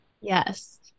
Yes